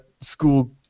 school